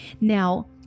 Now